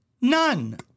None